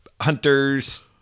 hunters